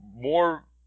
more